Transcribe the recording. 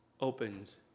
opens